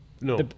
No